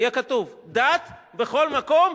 יהיה כתוב "דת בכל מקום,